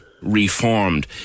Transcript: reformed